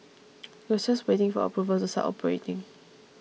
it was just waiting for approval to start operating